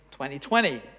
2020